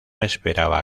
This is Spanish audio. esperaba